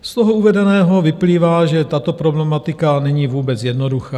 Z uvedeného vyplývá, že tato problematika není vůbec jednoduchá.